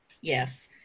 yes